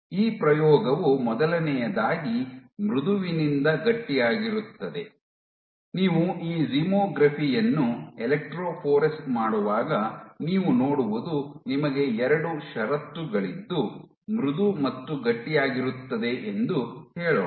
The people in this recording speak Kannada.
ಈ ಪ್ರಯೋಗವು ಮೊದಲನೆಯದಾಗಿ ಮೃದುವಿನಿಂದ ಗಟ್ಟಿಯಾಗಿರುತ್ತದೆ ನೀವು ಈ ಝಿಮೋಗ್ರಫಿ ಯನ್ನು ಎಲೆಕ್ಟ್ರೋಫೊರೆಸ್ ಮಾಡುವಾಗ ನೀವು ನೋಡುವುದು ನಿಮಗೆ ಎರಡು ಷರತ್ತುಗಳಿದ್ದು ಮೃದು ಮತ್ತು ಗಟ್ಟಿಯಾಗಿರುತ್ತದೆ ಎಂದು ಹೇಳೋಣ